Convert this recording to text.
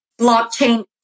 blockchain